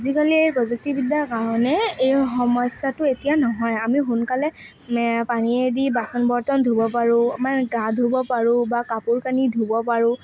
আজিকালি এই প্ৰযুক্তিবিদ্যাৰ কাৰণে এই সমস্যাটো এতিয়া নহয় আমি সোনকালে পানীয়েদি বাচন বৰ্তন ধুব পাৰোঁ মানে গা ধুব পাৰোঁ বা কাপোৰ কানি ধুব পাৰোঁ